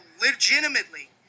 legitimately